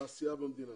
והעשייה במדינה,